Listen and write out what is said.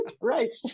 right